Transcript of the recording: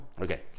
Okay